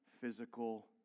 physical